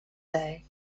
day